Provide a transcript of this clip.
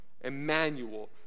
Emmanuel